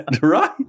Right